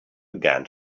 began